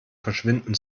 verschwinden